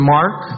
Mark